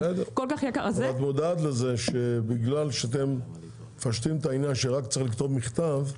--- את מודעת לזה שבגלל שאתם מפשטים את העניין שרק צריך לכתוב מכתב,